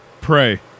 Pray